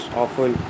awful